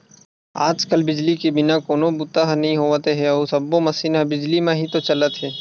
आज कल बिजली के बिना कोनो बूता ह नइ होवत हे अउ सब्बो मसीन ह बिजली म ही तो चलत हे